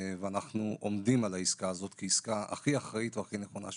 ואנחנו עומדים על העסקה הזאת כעסקה הכי אחראית והכי נכונה שאפשר.